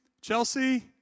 Chelsea